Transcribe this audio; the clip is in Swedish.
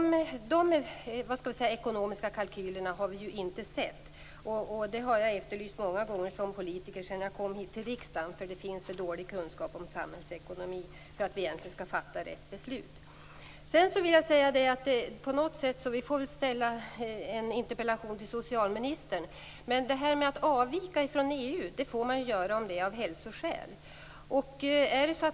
Sådana ekonomiska kalkyler har vi inte sett. Det har jag efterlyst många gånger som politiker sedan jag kom till riksdagen. Det finns för dålig kunskap om samhällsekonomi för att vi egentligen skall fatta rätt beslut. Vi får väl ställa en interpellation till socialministern. Man får avvika från EU:s bestämmelser av hälsoskäl.